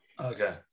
Okay